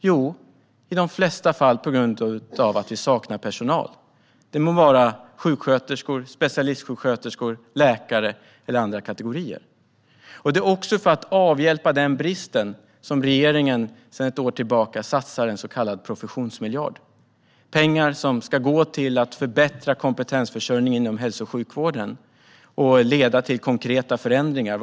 Jo, i de flesta fall är det på grund av att vi saknar personal - det må vara sjuksköterskor, specialistsjuksköterskor, läkare eller andra kategorier. Det är också för att avhjälpa den bristen som regeringen sedan ett år tillbaka satsar en så kallad professionsmiljard. Det är pengar som ska gå till att förbättra kompetensförsörjningen inom hälso och sjukvården och leda till konkreta förändringar.